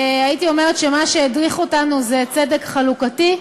הייתי אומרת שמה שהדריך אותנו זה צדק חלוקתי.